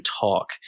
talk